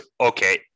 okay